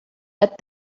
let